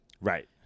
Right